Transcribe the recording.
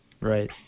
Right